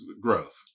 growth